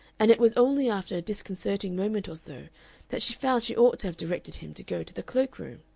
and it was only after a disconcerting moment or so that she found she ought to have directed him to go to the cloak-room.